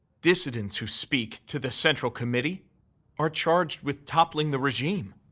dissidents who speak to the central committee are charged with toppling the regime,